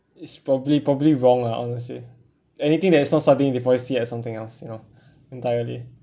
it's probably probably wrong lah honestly anything that is not studying they probably see as something else you know entirely